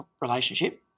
relationship